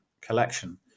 collection